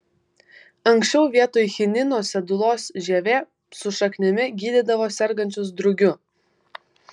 anksčiau vietoj chinino sedulos žieve su šaknimi gydydavo sergančius drugiu